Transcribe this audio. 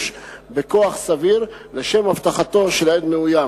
בכוח סביר לשם אבטחתו של עד מאוים.